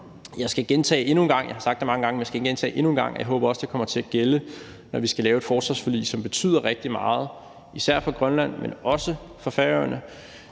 jeg har sagt det mange gange – at jeg også håber, at det kommer til at gælde, når vi skal lave et forsvarsforlig, som betyder rigtig meget for især Grønland, men også for Færøerne,